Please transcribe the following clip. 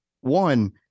One